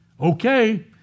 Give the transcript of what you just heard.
Okay